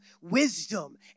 wisdom